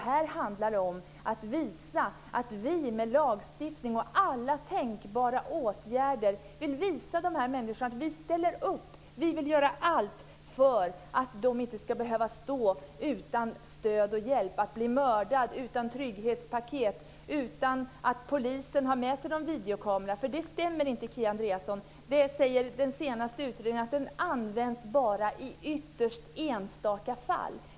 Här handlar det om att vi med lagstiftning och alla tänkbara åtgärder vill visa de här människorna att vi ställer upp och vill göra allt för att de inte ska behöva stå utan stöd och hjälp - med risk för att bli mördade - utan trygghetspaket, utan att polisen har med sig någon videokamera. Det som Kia Andreasson säger stämmer inte, för den senaste utredningen säger att videokameror bara används i ytterst enstaka fall.